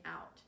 out